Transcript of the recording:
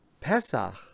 Pesach